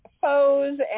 foes